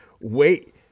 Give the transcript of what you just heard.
Wait